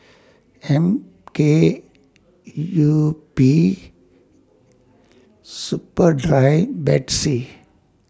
M K U P Superdry Betsy